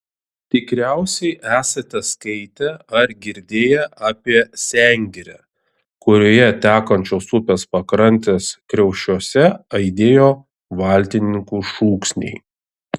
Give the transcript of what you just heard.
tikriausiai esate skaitę ar girdėję apie sengirę kurioje tekančios upės pakrantės kriaušiuose aidėjo valtininkų šūksniai